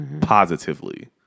Positively